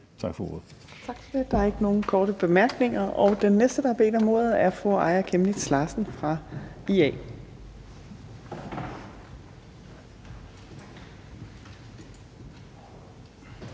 Tak for ordet.